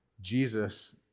Jesus